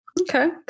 Okay